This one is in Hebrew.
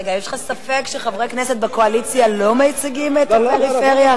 יש לך ספק שחברי כנסת בקואליציה לא מייצגים את הפריפריה?